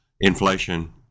inflation